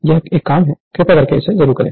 यह एक काम है कृपया करके इसे करें